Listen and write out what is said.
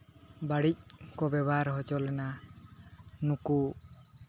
ᱵᱟᱹᱲᱤᱡ ᱠᱚ ᱵᱮᱵᱚᱦᱟᱨ ᱦᱚᱪᱚ ᱞᱮᱱᱟ ᱱᱩᱠᱩ